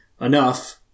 enough